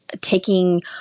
taking